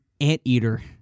anteater